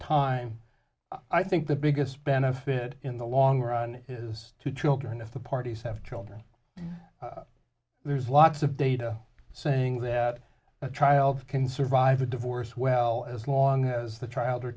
time i think the biggest benefit in the long run is to children if the parties have children there's lots of data saying that a trial can survive a divorce well as long as the child or